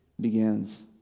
begins